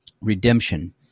redemption